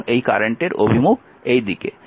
এবং এই কারেন্টের অভিমুখ এই দিকে